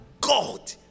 god